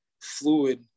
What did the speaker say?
fluid